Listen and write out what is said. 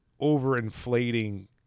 over-inflating